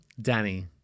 Danny